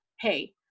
hey